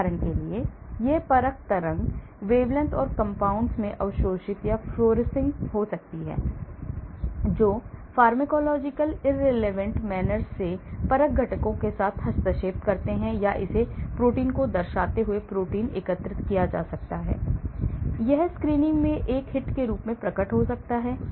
उदाहरण के लिए यह परख तरंग wavelengths or compounds में अवशोषित या फ़्लॉर्सिंग हो सकता है जो pharmacological irrelevant manner से परख घटकों के साथ हस्तक्षेप करते हैं या इसे प्रोटीन को दर्शाते हुए प्रोटीन एकत्र किया जा सकता है इसलिए यह स्क्रीनिंग में एक हिट के रूप में प्रकट हो सकता है